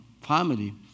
family